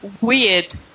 weird